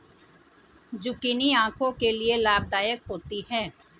zucchini आंखों के लिए लाभदायक होती है